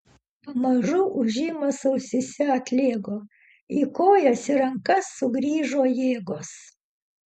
pamažu ūžimas ausyse atlėgo į kojas ir rankas sugrįžo jėgos